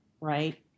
right